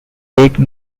take